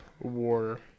war